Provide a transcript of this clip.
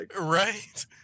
Right